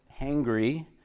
hangry